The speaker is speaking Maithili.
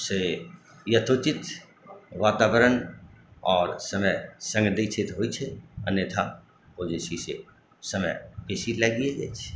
से यथोचित वातावरण आओर समय सङ्ग दै छै तऽ होइत छै अन्यथा ओ जे छै से समय बेसी लागिए जाइत छै